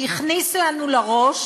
הכניסה לנו לראש